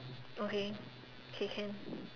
okay okay can